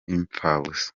imfabusa